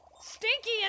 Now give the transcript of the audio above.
Stinky